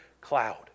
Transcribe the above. cloud